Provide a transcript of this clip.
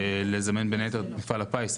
נכון לזמן, בין היתר, את מפעל הפיס.